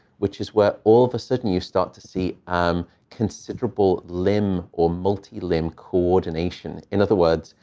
which is where, all of a sudden, you start to see um considerable limb or multi-limb coordination. in other words,